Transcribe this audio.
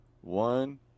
One